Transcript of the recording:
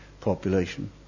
population